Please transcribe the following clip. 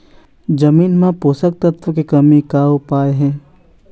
जमीन म पोषकतत्व के कमी का उपाय हे?